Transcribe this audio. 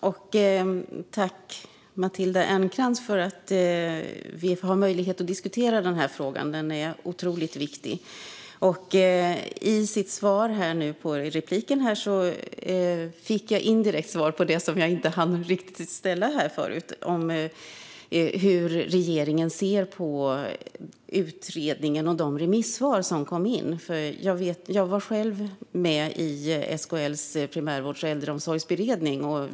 Fru talman! Tack, Matilda Ernkrans, för att vi har möjlighet att diskutera frågan! Den är otroligt viktig. I statsrådets inlägg fick jag indirekt svar på den fråga jag inte hann ställa tidigare om hur regeringen ser på de remissvar som har kommit in på utredningen. Jag var själv med i SKL:s primärvårds och äldreomsorgsberedning.